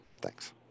Thanks